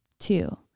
Two